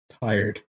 Tired